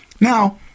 Now